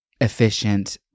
efficient